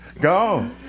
Go